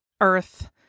earth